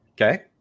Okay